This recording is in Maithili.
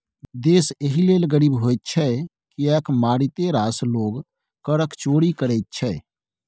देश एहि लेल गरीब होइत छै किएक मारिते रास लोग करक चोरि करैत छै